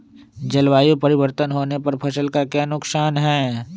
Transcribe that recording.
जलवायु परिवर्तन होने पर फसल का क्या नुकसान है?